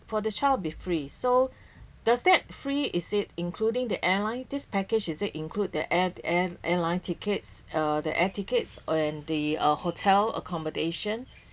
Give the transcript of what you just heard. for the child would be free so does that fee is it including the airline this package is it include the air~ air~ airline tickets uh the air tickets and the hotel accommodation